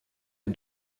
est